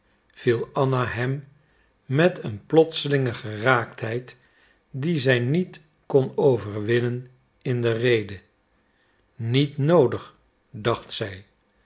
viel anna hem met een plotselinge geraaktheid die zij niet kon overwinnen in de rede niet noodig dacht zij